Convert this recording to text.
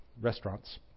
restaurants